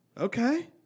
Okay